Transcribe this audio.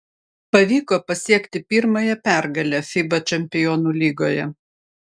pavyko pasiekti pirmąją pergalę fiba čempionų lygoje